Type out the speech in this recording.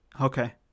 Okay